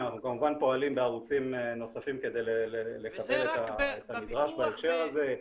אנחנו כמובן פועלים בערוצים נוספים כדי לקבל את הנדרש בהקשר הזה,